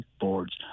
boards